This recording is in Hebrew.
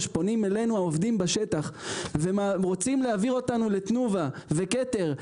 פונים אלינו העובדים בשטח ורוצים להעביר אותנו לתנובה וכתר,